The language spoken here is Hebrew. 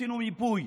עשינו מיפוי